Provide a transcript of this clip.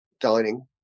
dining